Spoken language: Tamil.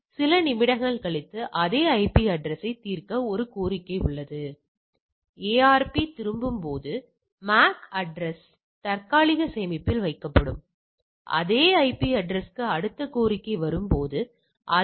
எனவே இதிலிருந்து இன்மை கருதுகோளை நிராகரிக்க வாய்ப்பில்லை இவைகள் அமையப்பெற்றுள்ளன